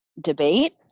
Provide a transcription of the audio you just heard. debate